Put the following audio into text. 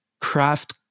craft